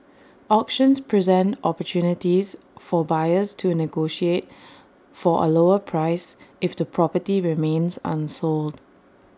auctions present opportunities for buyers to negotiate for A lower price if the property remains unsold